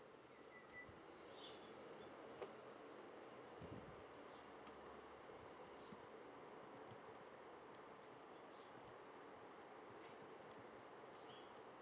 two uh uh